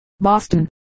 Boston